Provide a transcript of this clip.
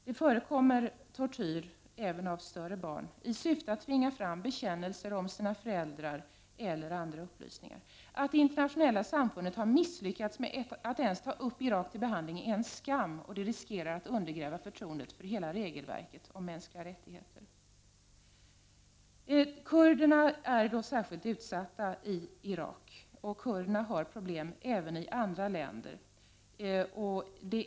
Det förekommer även tortyr av större barn i syfte att tvinga fram bekännelser om deras föräldrar, eller andra upplysningar. Att det internationella samfundet har misslyckats med att över huvud taget ta upp Irak till behandling är en skam. Detta innebär en risk för att förtroendet för hela regelverket om mänskliga rättigheter undergrävs. Kurderna är särskilt utsatta i Irak, och de har problem även i andra länder.